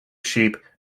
sheep